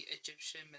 Egyptian